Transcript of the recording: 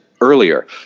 earlier